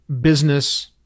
business